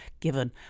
given